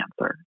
answer